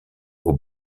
aux